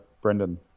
Brendan